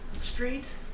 street